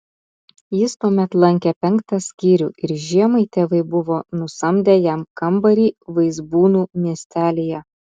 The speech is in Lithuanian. jis tuomet lankė penktą skyrių ir žiemai tėvai buvo nusamdę jam kambarį vaizbūnų miestelyje